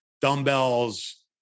dumbbells